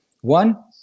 One